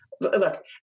look